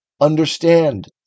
Understand